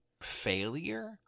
failure